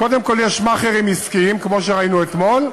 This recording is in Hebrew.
קודם כול יש מאכערים עסקיים, כמו שראינו אתמול,